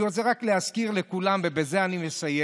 אני רוצה רק להזכיר לכולם, ובזה אני מסיים,